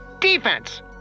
Defense